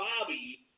Bobby